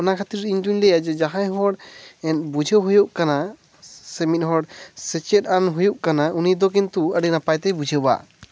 ᱚᱱᱟ ᱠᱷᱟᱹᱛᱤᱨ ᱤᱧ ᱫᱩᱧ ᱞᱟᱹᱭᱟ ᱡᱟᱦᱟᱸᱭ ᱦᱚᱲ ᱵᱩᱡᱷᱟᱹᱣ ᱦᱩᱭᱩᱜ ᱠᱟᱱᱟ ᱥᱮ ᱢᱤᱫ ᱦᱚᱲ ᱥᱮᱪᱮᱫᱼᱟᱱ ᱦᱩᱭᱩᱜ ᱠᱟᱱᱟ ᱩᱱᱤ ᱫᱚ ᱠᱤᱱᱛᱩ ᱟᱹᱰᱤ ᱱᱟᱯᱟᱭ ᱛᱮᱭ ᱵᱩᱡᱷᱟᱹᱣᱟ